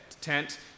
tent